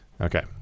okay